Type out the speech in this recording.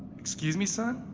excuse me son,